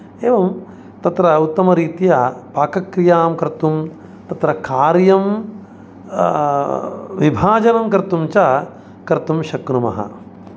एवं तत्र उत्तमरीत्या पाकक्रियां कर्तुं तत्र कार्यं विभाजनं कर्तुं च कर्तुं शक्नुमः